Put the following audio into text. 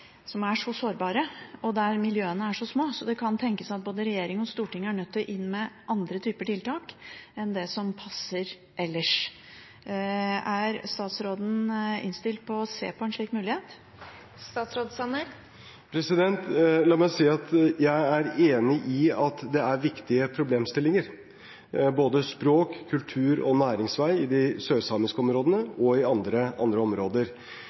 som er så sårbare, og der miljøene er så små. Det kan derfor tenkes at både regjering og storting er nødt til å gå inn med andre typer tiltak enn det som passer ellers. Er statsråden innstilt på å se på en slik mulighet? La meg si at jeg er enig i at det er viktige problemstillinger – både språk, kultur og næringsvei i de sørsamiske områdene og i andre områder.